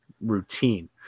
routine